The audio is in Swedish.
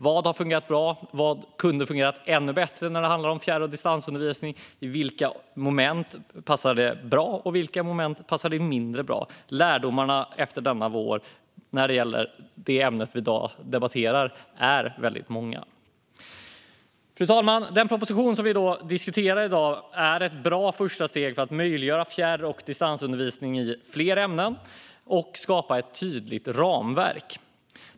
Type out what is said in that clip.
Vad har fungerat bra, och vad hade kunnat fungerat ännu bättre när det handlar om fjärr och distansundervisning? I vilka moment passar den bra, och i vilka moment passar den mindre bra? Lärdomarna efter denna vår i det ämne vi i dag debatterar är många. Fru talman! Den proposition som vi diskuterar i dag är ett bra första steg för att möjliggöra fjärr och distansundervisning i fler ämnen och skapa ett tydligt ramverk.